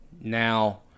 Now